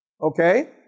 Okay